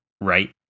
right